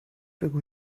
بگو